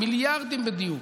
מיליארדים בדיור: